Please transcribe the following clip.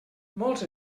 molts